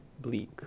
Bleak